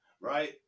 right